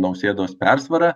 nausėdos persvara